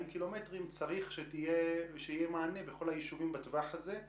- צריך שבכל היישובים בטווח הזה יהיה מענה.